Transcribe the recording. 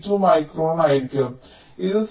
32 മൈക്രോണായിരിക്കും ഇതും 0